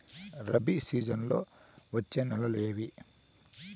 రబి సీజన్లలో వచ్చే నెలలు ఏవి?